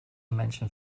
menschen